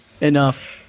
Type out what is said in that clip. enough